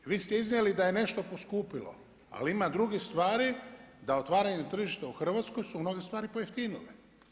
Vi ste iznijeli da je nešto poskupilo, ali ima drugih stvari da otvaranjem tržišta u Hrvatskoj su mnoge stvari pojeftinile.